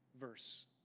verse